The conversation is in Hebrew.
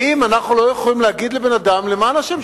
האם אנחנו לא יכולים להגיד לבן-אדם: למען השם,